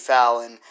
Fallon